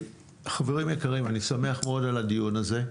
חברים יקרים, אני שמח מאוד על הדיון הזה.